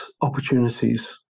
opportunities